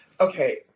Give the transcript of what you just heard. Okay